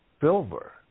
silver